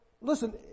listen